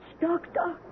doctor